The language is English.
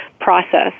process